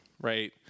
right